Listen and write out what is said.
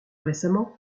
récemment